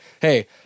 hey